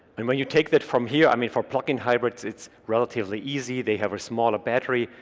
and when you take that from here, i mean for plug-in hybrids. it's relatively easy. they have a smaller battery,